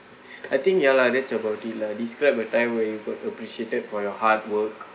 I think ya lah that's about it lah describe a time when you got appreciated for your hard work